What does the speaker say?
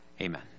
Amen